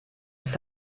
ist